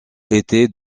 était